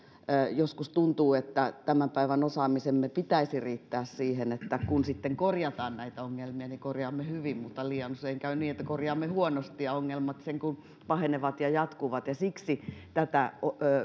joskus tuntuu että tämän päivän osaamisemme pitäisi riittää siihen että kun sitten korjataan näitä ongelmia niin korjaamme hyvin mutta liian usein käy niin että korjaamme huonosti ja ongelmat sen kun pahennevat ja jatkuvat siksi tätä